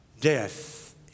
Death